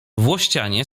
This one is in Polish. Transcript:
włościanie